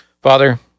Father